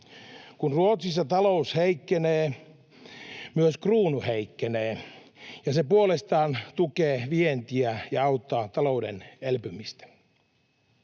Kun Ruotsissa talous heikkenee, myös kruunu heikkenee, ja se puolestaan tukee vientiä ja auttaa talouden elpymistä.